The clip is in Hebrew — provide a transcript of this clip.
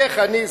איך אני,